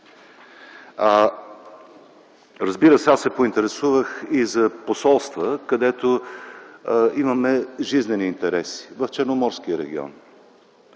Разбира се, аз се поинтересувах и за посолства, където имаме жизнени интереси – в Черноморския регион.